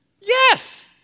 Yes